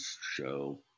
show